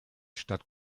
stadt